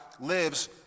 lives